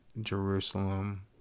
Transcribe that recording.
Jerusalem